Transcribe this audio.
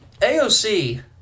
AOC